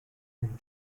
and